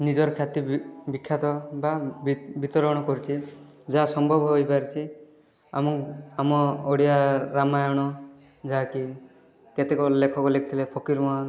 ନିଜର ଖ୍ୟାତି ବି ବିଖ୍ୟାତ ବା ବିତ ବିତରଣ କରିଛି ଯାହା ସମ୍ଭବ ହୋଇପାରିଛି ଆମ ଆମ ଓଡ଼ିଆ ରାମାୟଣ ଯାହାକି କେତେକ ଲେଖକ ଲେଖିଥିଲେ ଫକୀରମୋହନ